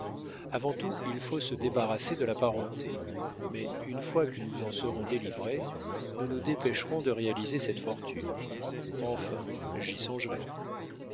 avant tout il faut se débarrasser de la parenté mais une fois que nous en serons délivrés nous nous dépêcherons de réaliser cette fortune enfin j'y songerai